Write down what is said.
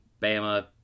Bama